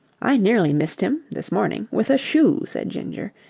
i nearly missed him this morning with a shoe, said ginger.